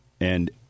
And-